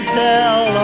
tell